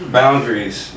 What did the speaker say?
boundaries